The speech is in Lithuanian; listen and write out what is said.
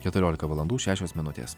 keturiolika valandų šešios minutės